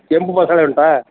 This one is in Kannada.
ಕೆಂಪು ಬಸಳೆ ಉಂಟಾ